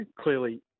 Clearly